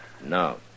No